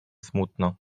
smutno